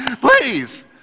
please